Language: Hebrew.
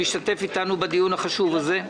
שמשתתף אתנו בדיון החשוב הזה.